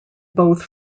both